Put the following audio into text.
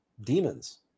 demons